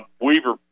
Weaver